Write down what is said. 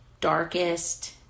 darkest